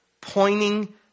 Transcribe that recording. pointing